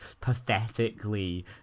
pathetically